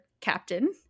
captain